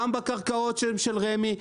גם בקרקעות של רמ"י,